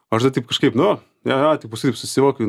o aš dar taip kažkaip nu jo jo taip kažkaip susivokiu